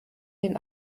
den